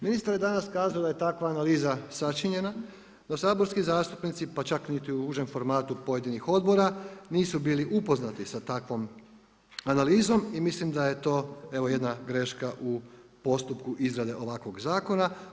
Ministar je danas kazao da je takva analiza sačinjena, da saborski zastupnici, pa čak niti u užem formatu pojedinih odbora nisu bili upoznati sa takvom analizom i mislim da je to jedna greška u postupku izrade ovakvog zakona.